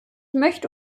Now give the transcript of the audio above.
möchte